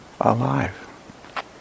alive